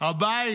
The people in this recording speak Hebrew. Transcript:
הבית